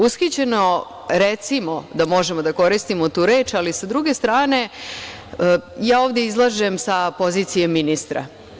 Ushićeno, recimo da možemo da koristimo tu reč, ali sa druge strane ja ovde izlažem sa pozicije ministra.